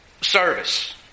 service